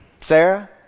Sarah